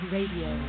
Radio